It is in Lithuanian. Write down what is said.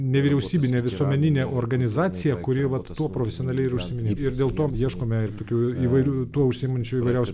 nevyriausybinė visuomeninė organizacija kuri vat tuo profesionaliai ir užsiiminėja ir dėl to ieškome ir tokių įvairių tuo užsiimančių įvairiausių